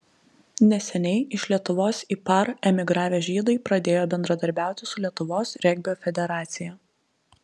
neseniai iš lietuvos į par emigravę žydai pradėjo bendradarbiauti su lietuvos regbio federacija